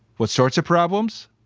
what sorts of problems?